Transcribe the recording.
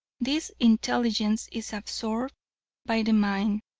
this intelligence is absorbed by the mind.